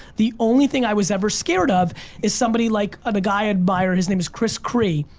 the only thing i was ever scared of is somebody like ah the guy i admire, his name is chris cree,